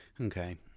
okay